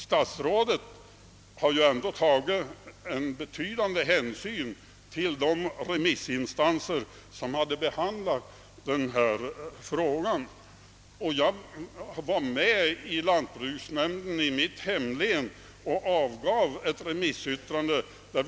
Statsrådet har dock tagit betydande hänsyn till de remissinstanser som behandlat denna fråga. När lantbruksnämnden i mitt hemlän avgav sitt remissyttrande var jag med.